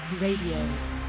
RADIO